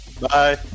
Bye